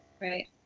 right